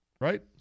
right